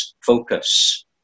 focus